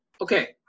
okay